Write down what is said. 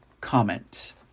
comment